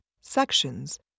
Sections